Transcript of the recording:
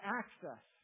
access